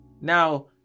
Now